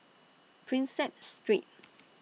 Prinsep Street